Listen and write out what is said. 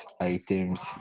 items